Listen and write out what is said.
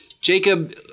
Jacob